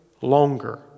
longer